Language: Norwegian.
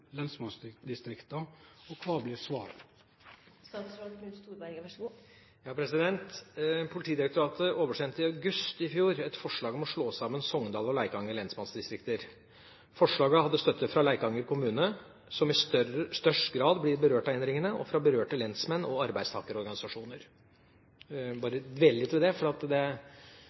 og kva blir svaret?» Politidirektoratet oversendte i august i fjor et forslag om å slå sammen Sogndal og Leikanger lensmannsdistrikter. Forslaget hadde støtte fra Leikanger kommune, som i størst grad blir berørt av endringene, og fra berørte lensmenn og arbeidstakerorganisasjoner. Jeg vil bare dvele litt ved det, for det er faktisk gode prosesser som pågår. Det